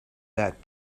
that